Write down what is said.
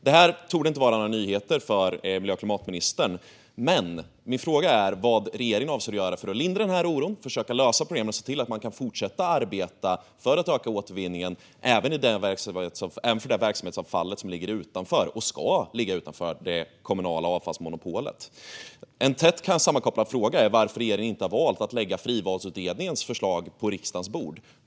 Detta torde inte vara några nyheter för klimat och miljöministern, men min fråga är vad regeringen avser att göra för att lindra denna oro, försöka lösa problemen och se till att man kan fortsätta arbeta för att öka återvinningen även för det verksamhetsavfall som ligger utanför, och ska ligga utanför, det kommunala avfallsmonopolet. En tätt sammankopplad fråga är varför regeringen inte har valt att lägga frivalsutredningens förslag på riksdagens bord.